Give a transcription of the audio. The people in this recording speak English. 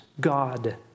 God